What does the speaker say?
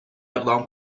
اقدام